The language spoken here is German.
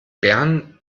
bern